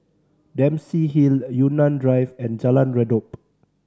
Dempsey Hill Yunnan Drive and Jalan Redop